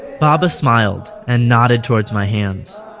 baba smiled and nodded towards my hands.